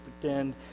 pretend